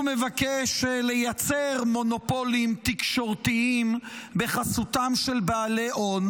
הוא מבקש לייצר מונופולים תקשורתיים בחסותם של בעלי הון,